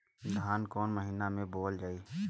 धान कवन महिना में बोवल जाई?